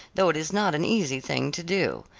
though it is not an easy thing to do.